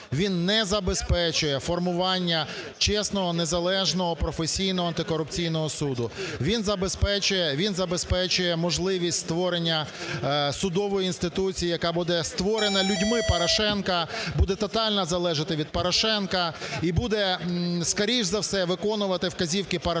він не забезпечує формування чесного, незалежного, професійного, антикорупційного суду. Він забезпечує можливість створення судової інституції, яка буде створена людьми Порошенка, буде тотально залежати від Порошенка і буде, скоріш за все, виконувати вказівки Порошенка.